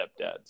stepdads